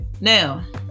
Now